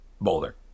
Boulder